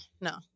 No